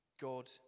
God